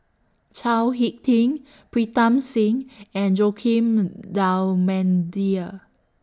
Chao Hick Tin Pritam Singh and Joaquim D'almeida